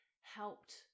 helped